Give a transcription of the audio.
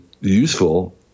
useful